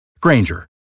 Granger